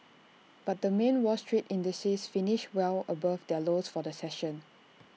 but the main wall street indices finished well above their lows for the session